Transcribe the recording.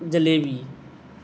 jalebi